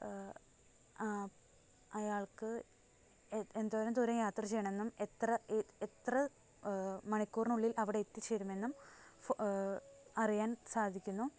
അയാൾക്ക് എ എന്തോരം ദൂരം യാത്ര ചെയ്യണമെന്നും എത്ര എത്ര മണിക്കൂറിനുള്ളിൽ അവിടെത്തിച്ചേരുമെന്നും ഫോ അറിയാൻ സാധിക്കുന്നു